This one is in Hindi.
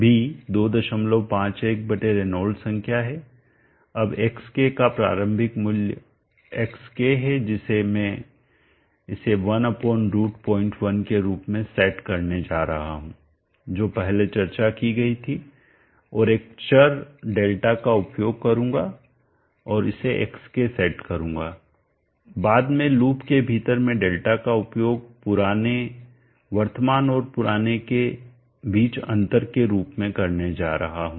बी 251 रेनॉल्ड्स संख्या है अब xk का प्रारंभिक मूल्य xk है जिसे मैं इसे 1√01 के रूप में सेट करने जा रहा हूं जो पहले चर्चा की गई थी और एक चर डेल्टा का उपयोग करूंगा और इसे xkसेट करूंगा बाद में लूप के भीतर मैं डेल्टा का उपयोग पुराने वर्तमान और पुराने के बीच अंतर के रूप में करने जा रहा हूं